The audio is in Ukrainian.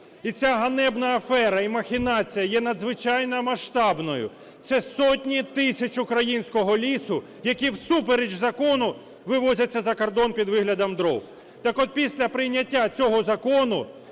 І ця ганебна афера, і махінація є надзвичайно масштабною, це сотні тисяч українського лісу, який всупереч закону вивозиться за кордон під виглядом дров. Так от після прийняття цього закону